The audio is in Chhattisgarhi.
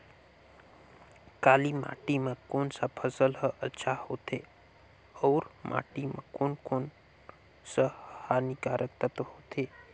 काली माटी मां कोन सा फसल ह अच्छा होथे अउर माटी म कोन कोन स हानिकारक तत्व होथे?